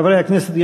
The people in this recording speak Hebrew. חברי הכנסת,